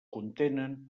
contenen